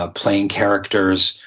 ah playing characters,